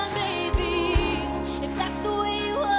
baby if that's the way you